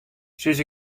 sis